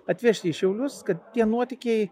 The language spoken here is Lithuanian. atvežti į šiaulius kad tie nuotykiai